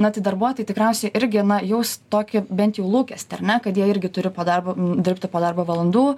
na tai darbuotojai tikriausiai irgi na jaus tokį bent jau lūkestį ar ne kad jie irgi turi po darbo dirbti po darbo valandų